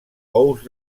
ous